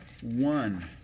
one